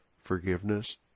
forgiveness